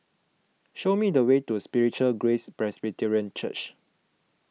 show me the way to Spiritual Grace Presbyterian Church